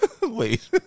wait